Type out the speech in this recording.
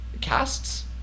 Casts